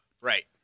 Right